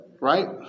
Right